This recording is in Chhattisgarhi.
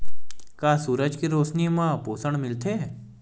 का सूरज के रोशनी म पोषण मिलथे?